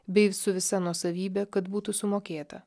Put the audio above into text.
bei su visa nuosavybe kad būtų sumokėta